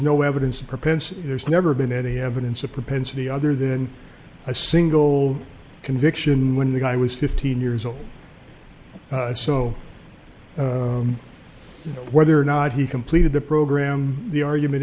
no evidence of propensity there's never been any evidence of propensity other than a single conviction when the guy was fifteen years old so whether or not he completed the program the argument